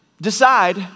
Decide